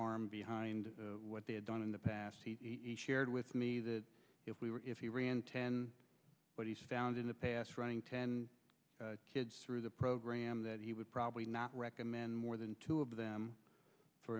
arm behind what they had done in the past shared with me that if we were if he ran ten but he's found in the past running ten kids through the program that he would probably not recommend more than two of them for